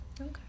Okay